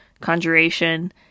conjuration